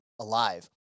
alive